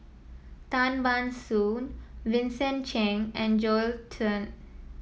Tan Ban Soon Vincent Cheng and Joel Tan